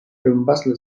dombasle